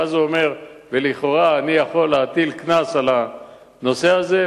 ואז הוא אומר: ולכאורה אני יכול להטיל קנס על הנושא הזה,